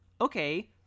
Okay